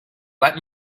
let